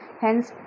hence